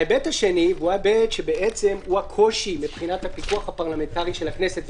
ההיבט השני הוא הקושי מבחינת הפיקוח הפרלמנטרי של הכנסת,